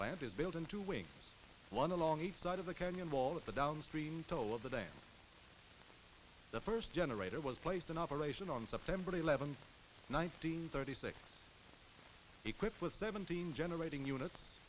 plant is built into wing one along each side of the canyon wall at the downstream toll of the day the first generator was placed in operation on september eleventh nineteen thirty six equipped with seventeen generating units